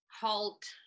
halt